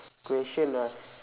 question ah